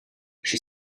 she